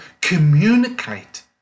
communicate